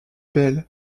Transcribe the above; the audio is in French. belle